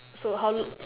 so how